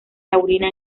taurina